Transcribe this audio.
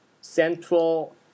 Central